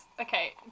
Okay